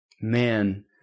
man